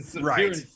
right